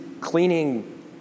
cleaning